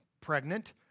pregnant